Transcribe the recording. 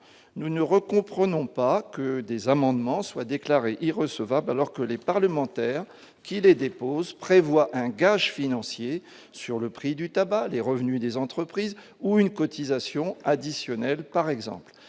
nous ne ret comprenons pas que des amendements soient déclarés il recevable alors que les parlementaires qui les déposent prévoit un gage financier sur le prix du tabac, les revenus des entreprises ou une cotisation additionnelle par exemple